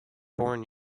born